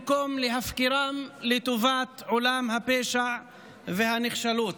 במקום להפקירו לטובת עולם הפשע והנחשלות.